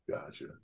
Gotcha